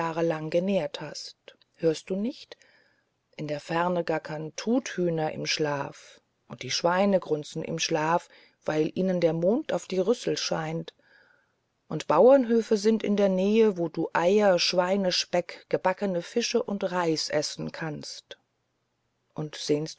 jahrelang genährt hast hörst du nicht in der ferne gackern truthühner im schlaf und schweine grunzen im schlaf weil ihnen der mond auf die rüssel scheint und bauernhöfe sind in der nähe wo du eier schweinespeck gebackene fische und reis essen kannst und sehnst